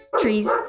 trees